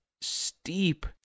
steep